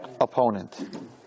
opponent